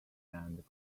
and